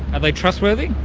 are they trustworthy?